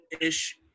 ish